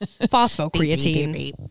phosphocreatine